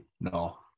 No